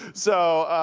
so,